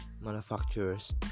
manufacturer's